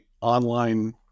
online